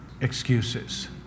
excuses